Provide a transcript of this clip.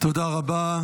תודה רבה.